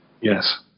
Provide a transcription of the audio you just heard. Yes